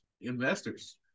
Investors